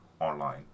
online